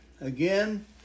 again